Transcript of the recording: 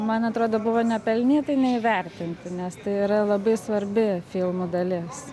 man atrodo buvo nepelnytai neįvertinti nes tai yra labai svarbi filmo dalis